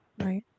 right